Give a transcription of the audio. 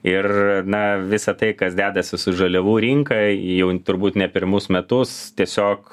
ir na visa tai kas dedasi su žaliavų rinka ji jau turbūt ne pirmus metus tiesiog